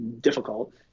Difficult